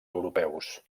europeus